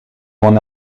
mon